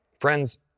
Friends